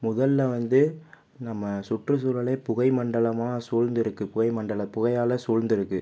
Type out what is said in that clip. முதல் வந்து நம் சுற்றுசூழலே புகைமண்டலமாக சூழ்ந்திருக்கு புகைமண்டலம் புகையால் சூழ்ந்திருக்கு